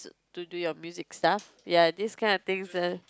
to do your music stuff ya this kind of things